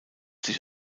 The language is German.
sich